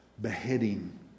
beheading